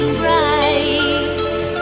bright